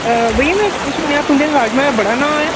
भाइया में सुनेआं तुंदे राजमां दा बड़ा नाम